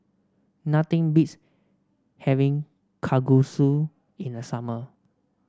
nothing beats having Kalguksu in the summer